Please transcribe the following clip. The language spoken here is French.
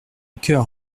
cœur